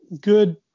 good